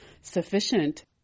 sufficient